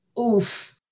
oof